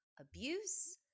abuse